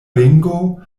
ringo